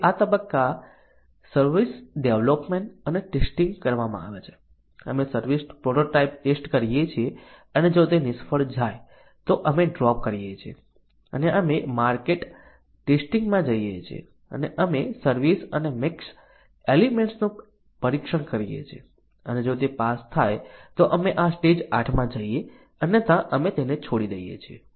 હવે આ તબક્કે સર્વિસ ડેવલપમેન્ટ અને ટેસ્ટિંગ કરવામાં આવે છે અમે સર્વિસ પ્રોટોટાઇપ ટેસ્ટ કરીએ છીએ અને જો તે નિષ્ફળ જાય તો અમે ડ્રોપ કરીએ છીએ અને અમે માર્કેટ ટેસ્ટિંગમાં જઈએ છીએ અને અમે સર્વિસ અને મિક્સ એલિમેન્ટ્સનું પરીક્ષણ કરીએ છીએ અને જો તે પાસ થાય તો અમે આ સ્ટેજ 8 માં જઈએ અન્યથા અમે તેને છોડી દઈએ છીએ